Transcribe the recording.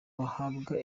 bahabwa